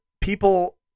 people